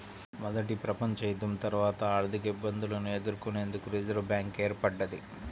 మొదటి ప్రపంచయుద్ధం తర్వాత ఆర్థికఇబ్బందులను ఎదుర్కొనేందుకు రిజర్వ్ బ్యాంక్ ఏర్పడ్డది